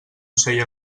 ocell